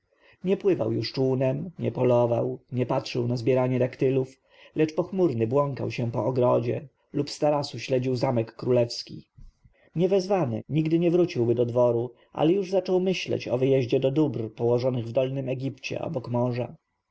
nie pływał już czółnem nie polował nie patrzył na zbieranie daktylów lecz pochmurny błąkał się po ogrodzie lub z tarasu śledził zamek królewski niewezwany nigdy nie wróciłby do dworu ale już zaczął myśleć o wyjeździe do dóbr położonych w dolnym egipcie obok morza